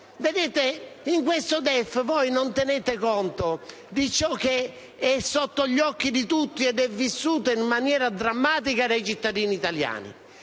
In questo DEF voi non tenete conto di ciò che è sotto gli occhi di tutti ed è vissuto in maniera drammatica dai cittadini italiani.